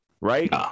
right